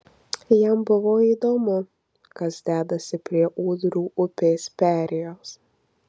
jam buvo įdomu kas dedasi prie ūdrų upės perėjos